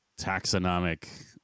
taxonomic